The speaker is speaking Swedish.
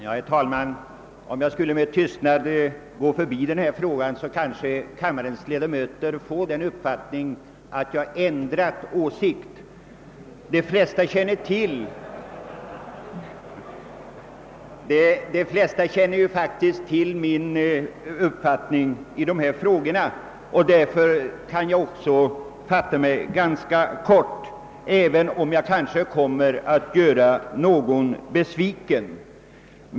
Herr talman! Om jag skulle med tystnad gå förbi denna fråga kanske kammarens ledamöter skulle få den uppfattningen att jag ändrat åsikt. De flesta känner ju faktiskt till min uppfattning i dessa frågor, och därför kan jag också fatta mig ganska kort, även om jag kanske kommer att göra någon besviken.